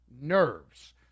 nerves